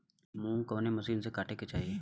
मूंग कवने मसीन से कांटेके चाही?